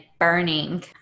burning